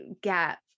gap